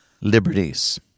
liberties